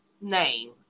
name